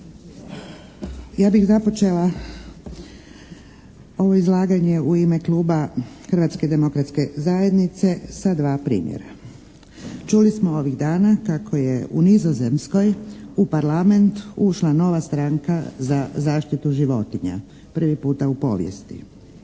Ja bih započela ovo izlaganje u ime kluba Hrvatske demokratske zajednice sa dva primjera. Čuli smo ovih dana kako je u Nizozemskoj u parlament ušla nova stranka za zaštitu životinja prvi puta u povijesti.